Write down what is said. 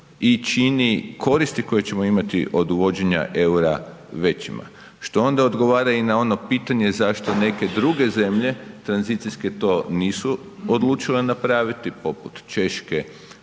i čini koristi koje ćemo imati od uvođenja EUR-a većima, što onda odgovara i na ono pitanje zašto neke druge zemlje tranzicijske to nisu odlučile napraviti poput Češke,